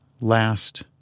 last